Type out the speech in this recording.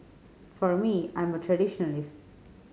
for me I'm a traditionalist